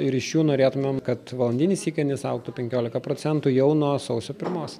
ir iš jų norėtumėm kad valandinis įkainis augtų penkiolika procentų jau nuo sausio pirmos